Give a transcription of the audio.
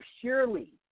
purely